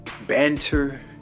banter